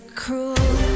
cruel